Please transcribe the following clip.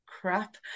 crap